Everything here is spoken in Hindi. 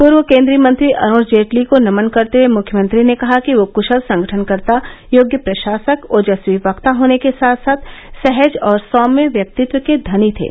पूर्व केन्द्रीय मंत्री अरूण जेटली को नमन करते हुये मुख्यमंत्री ने कहा कि वह कुशल संगठनकर्ता योग्य प्रशासक ओजस्वी वक्ता होने के साथ साथ सहज और सौम्य व्यक्तित्व के धनी थे